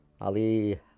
Ali